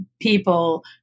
people